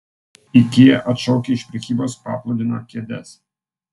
ikea atšaukia iš prekybos paplūdimio kėdes